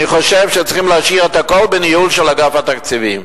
אני חושב שצריך להשאיר את הכול בניהול של אגף התקציבים,